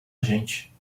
gente